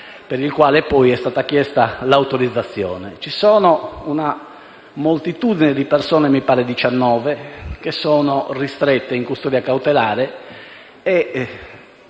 per il quale poi è stata chiesta l'autorizzazione. C'è una moltitudine di persone - mi pare 19 - che sono ristrette in custodia cautelare